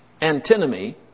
antinomy